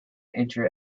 enter